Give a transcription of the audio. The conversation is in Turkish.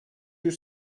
yüz